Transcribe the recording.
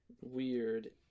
Weird